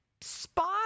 Spot